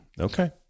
Okay